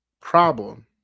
problem